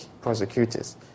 prosecutors